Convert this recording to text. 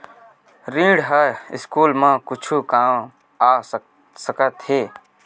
ऋण ह स्कूल मा कुछु काम आ सकत हे?